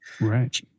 right